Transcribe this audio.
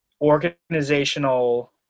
organizational